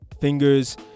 fingers